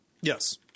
Yes